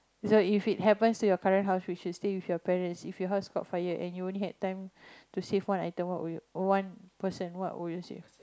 is like if it happen to your current house which is you stay with your parents if your house caught fire and you only had time to save one item what would one person what would you save